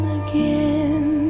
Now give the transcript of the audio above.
again